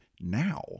now